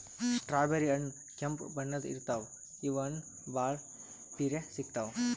strawberry ಹಣ್ಣ್ ಕೆಂಪ್ ಬಣ್ಣದ್ ಇರ್ತವ್ ಇವ್ ಹಣ್ಣ್ ಭಾಳ್ ಪಿರೆ ಸಿಗ್ತಾವ್